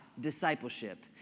discipleship